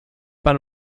bahn